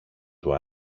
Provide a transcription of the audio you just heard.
του